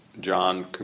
John